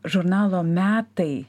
žurnalo metai